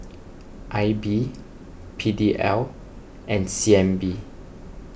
I B P D L and C N B